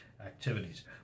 activities